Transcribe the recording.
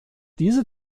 diese